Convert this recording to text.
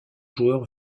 joueur